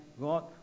God